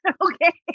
Okay